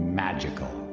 magical